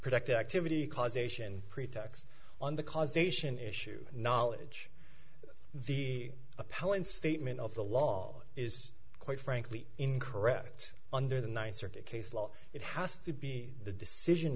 productive activity causation pretext on the causation issue knowledge the appellant statement of the law is quite frankly incorrect under the ninth circuit case law it has to be the decision